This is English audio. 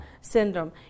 syndrome